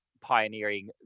pioneering